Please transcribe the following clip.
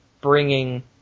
bringing